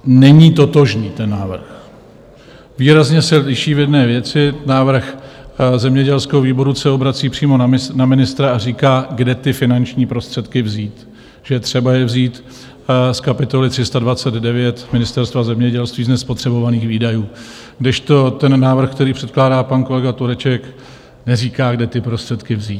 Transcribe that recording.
Není totožný ten návrh, výrazně se liší v jedné věci návrh zemědělského výboru se obrací přímo na ministra a říká, kde ty finanční prostředky vzít, že je třeba je vzít z kapitoly 329 Ministerstva zemědělství z nespotřebovaných výdajů, kdežto návrh, který předkládá pan kolega Tureček, neříká, kde ty prostředky vzít.